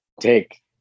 take